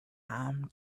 ham